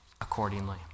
accordingly